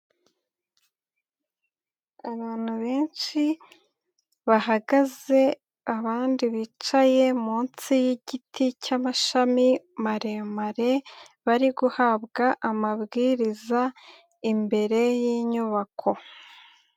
Abantu benshi bahagaze, abandi bicaye munsi yigiti cyamashami maremare, bari guhabwa amabwiriza imbere y'inyubako.